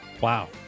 Wow